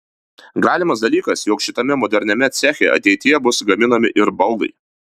galimas dalykas jog šitame moderniame ceche ateityje bus gaminami ir baldai